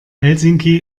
helsinki